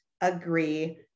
agree